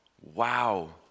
Wow